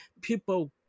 people